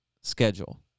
schedule